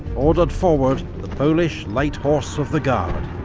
ordered forward the polish light horse of the guard.